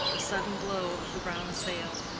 the sudden glow of the brown sail,